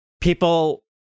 people